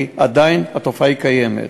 כי עדיין התופעה קיימת.